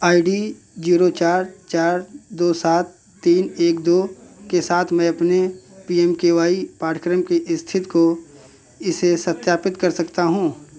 आई D zero चार चार दो सात तीन एक दो के साथ मैं अपने P M K V Y पाठ्यक्रम की इस्थिति को इसे सत्यापित कर सकता हूँ